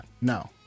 No